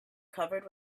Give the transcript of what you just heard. covered